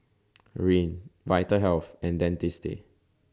Rene Vitahealth and Dentiste